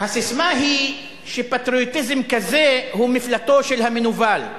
הססמה היא שפטריוטיזם כזה הוא מפלטו של המנוול,